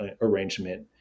arrangement